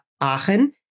Aachen